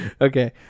Okay